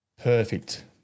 Perfect